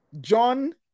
john